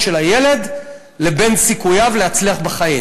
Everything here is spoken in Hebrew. של הילד ובין סיכוייו להצליח בחיים.